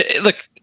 look